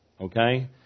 Okay